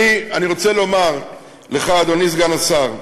אני רוצה לומר לך, אדוני סגן השר,